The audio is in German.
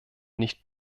nicht